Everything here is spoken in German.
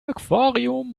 aquarium